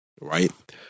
Right